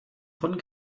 von